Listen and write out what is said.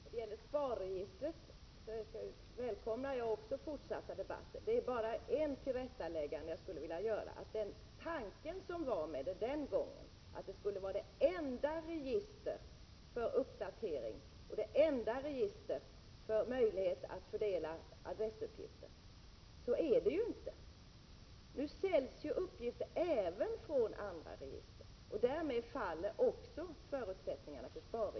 Fru talman! När det gäller SPAR välkomnar jag också fortsatta debatter. Jag vill bara göra ett tillrättaläggande, nämligen att tanken med SPAR den gången var att det skulle vara det enda registret för uppdatering och för 55 möjligheten att fördela adressuppgifter. Så är det inte i dag. Nu säljs uppgifter även från andra register, och därmed faller förutsättningarna för SPAR.